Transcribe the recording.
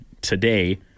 today